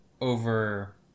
over